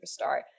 superstar